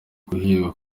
guhigwa